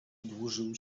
dłużył